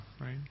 right